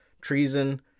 treason